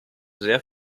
sehr